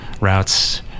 routes